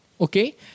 okay